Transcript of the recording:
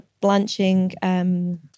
blanching